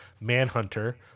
Manhunter